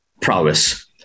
prowess